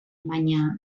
baina